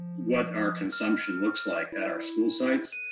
what our consumption looks like at our school sites.